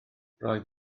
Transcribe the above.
roedd